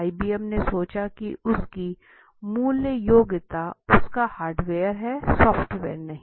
IBM ने सोचा कि उसकी मूल योग्यता उसका हार्डवेयर है सॉफ्टवेयर नहीं